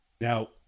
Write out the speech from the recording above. Now